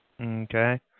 Okay